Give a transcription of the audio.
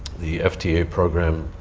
the fta program,